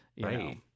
Right